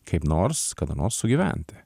kaip nors kada nors sugyventi